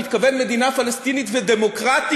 הוא מתכוון מדינה פלסטינית ודמוקרטית.